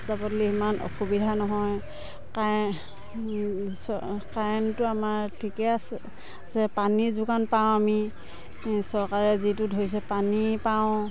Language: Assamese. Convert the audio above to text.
ৰাস্তা পদূলি ইমান অসুবিধা নহয় কায়ে কায়েন্টটো আমাৰ ঠিকে আছে পানী যোগান পাওঁ আমি চৰকাৰে যিটো ধৰিছে পানী পাওঁ